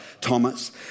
Thomas